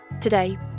Today